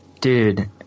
dude